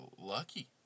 lucky